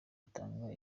atanga